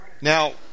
Now